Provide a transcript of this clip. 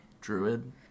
Druid